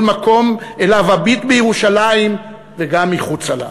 מקום שאליו אביט בירושלים וגם מחוצה לה.